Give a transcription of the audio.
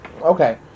Okay